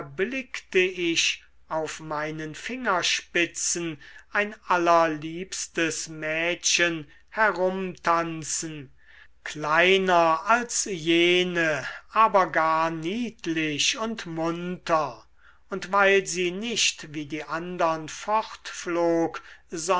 erblickte ich auf meinen fingerspitzen ein allerliebstes mädchen herumtanzen kleiner als jene aber gar niedlich und munter und weil sie nicht wie die andern